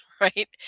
right